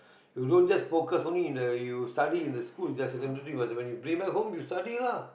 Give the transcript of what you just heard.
you don't just focus only in the you study in the school inside secondary for example you bring back home you study lah